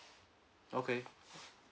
okay